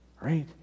Right